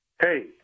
Hey